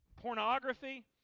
pornography